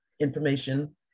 information